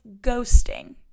ghosting